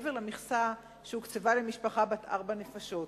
מעבר למכסה שהוקצבה למשפחה בת ארבע נפשות.